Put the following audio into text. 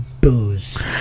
booze